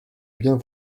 bien